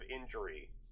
injury